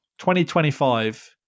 2025